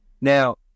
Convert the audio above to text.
Now